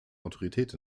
autorität